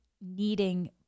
needing